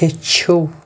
ہیٚچھِو